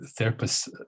therapists